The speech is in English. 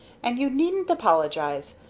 and you needn't apologize.